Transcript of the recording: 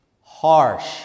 harsh